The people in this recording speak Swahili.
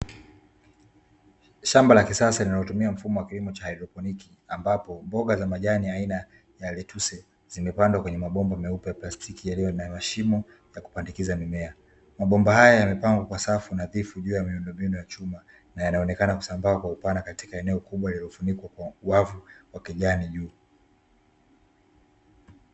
Shamba la kisasa linalo tumia mfumo wa hydroponic, ambapo mboga za majani aina ya lettuce zime pandwa kwenye mabomba meupe ya plastiki yaliyo na mshimo ya kupandikiza mimea, mabomba haya yamepangwa kwa safu nadhifu juu ya miundo mbinu ya chuma, na yanaonekana kusambaa kwa upana katika eneo kubwa lililo funikwa kwa wavu wa kijani juu.